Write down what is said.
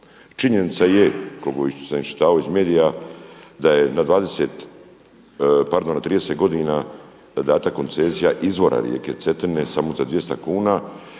Činjenica je koliko sam iščitavao iz medija, da je na 30 godina dana koncesija izvora rijeke Cetine samo za 200 kuna,